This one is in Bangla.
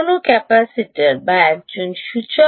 কোনও ক্যাপাসিটার বা একজন সূচক